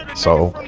so,